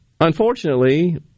unfortunately